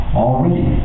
already